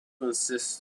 insists